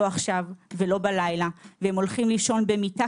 לא עכשיו ולא בלילה והולכים לישון במיטה